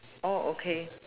oh okay